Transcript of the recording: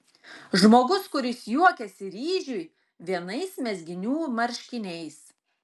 žmogus kuris juokiasi ryžiui vienais mezginių marškiniais